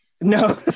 No